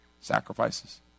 sacrifices